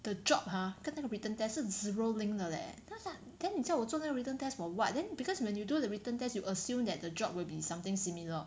the job ha 跟那个 written test 是 zero link 的 leh then 他 then 你叫我做那个 written test for what then because when you do the written test you assume that the job will be something similar